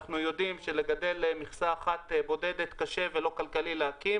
אנחנו יודעים שלגדל מכסה אחת בודדת קשה ולא כלכלי להקים